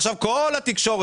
עכשיו כל התקשורת,